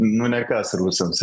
nu ne kas rusams